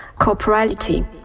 corporality